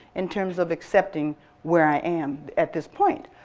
in terms of accepting where i am at this point,